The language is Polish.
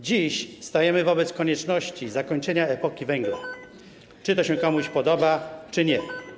Dziś stajemy wobec konieczności zakończenia epoki węgla, czy to się komuś podoba, czy nie.